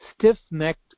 Stiff-necked